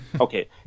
okay